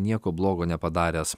nieko blogo nepadaręs